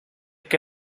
que